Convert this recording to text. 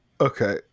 Okay